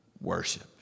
Worship